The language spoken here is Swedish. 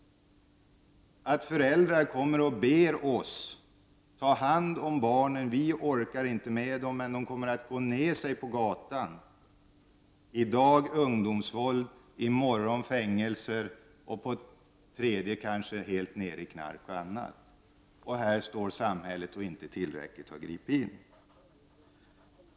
Man sade: Föräldrar kommer och ber oss att ta hand om barnen därför att de själva inte orkar med sina barn. Men på gatan kommer de att gå ned sig. I dag ungdomsvåld — i morgon fängelse. En tredje utgång är kanske att ungdomarna blir helt fast i t.ex. knark — samhället har inte tillräckligt gripit in.